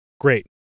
great